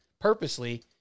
purposely